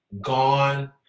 gone